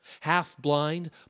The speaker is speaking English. Half-blind